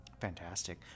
Fantastic